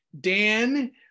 Dan